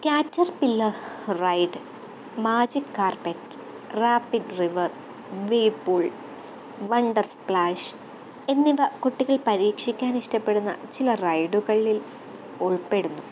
caterpillar ride magic carpet rapid river whirlpool wonder splash എന്നിവ കുട്ടികള് പരീക്ഷിക്കാന് ഇഷ്ടപ്പെടുന്ന ചില റൈഡുകളില് ഉള്പ്പെടുന്നു